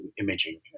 imaging